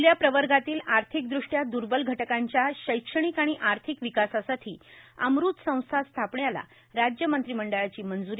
खूल्या प्रवर्गातील अर्थिकदृष्ट्या दर्बल घटकांच्या शैक्षणिक आणि आर्थिक विकासासाठी अमृत संस्था स्थापण्याला राज्य मंत्रिमंडळाची मंजूरी